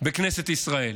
בכנסת ישראל.